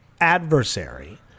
adversary